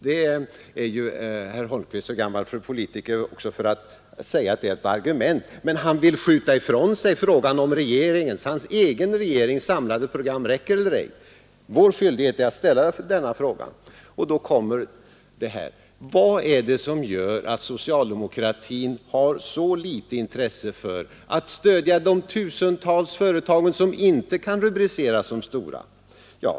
Herr Holmqvist är alldeles för gammal som politiker för att säga att det skulle vara ett argument, men han vill skjuta ifrån sig frågan, huruvida hans egen regerings samlade program räcker eller ej. Vår skyldighet är att ställa denna fråga. Vad är det som gör att socialdemokratin har så föga intresse för att stödja de tusentals företag som inte kan rubriceras som stora?